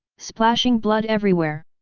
splashing blood everywhere.